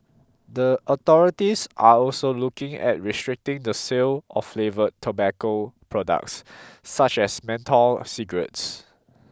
the authorities are also looking at restricting the sale of flavoured tobacco products such as menthol cigarettes